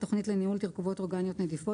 תוכנית לניהול תרכובות אורגניות נדיפות